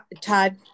Todd